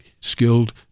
skilled